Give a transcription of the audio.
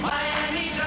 Miami